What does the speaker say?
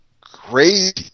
crazy